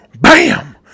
Bam